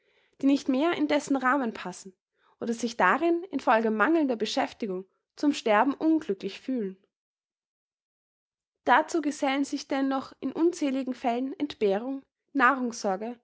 die nicht mehr in dessen rahmen passen oder sich darin in folge mangelnder beschäftigungen zum sterben unglücklich fühlen dazu gesellen sich denn noch in unzähligen fällen entbehrung nahrungssorge